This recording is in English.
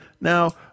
now